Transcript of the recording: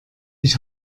ich